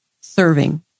serving